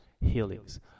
healings